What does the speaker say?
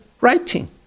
writing